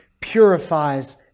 purifies